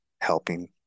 helping